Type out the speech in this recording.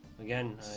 Again